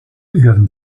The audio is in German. ihren